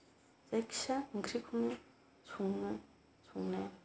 जायखिजाया ओंख्रिखौनो सङो संनाया